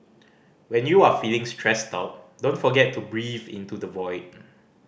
when you are feeling stressed out don't forget to breathe into the void